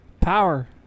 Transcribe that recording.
Power